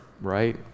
right